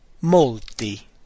molti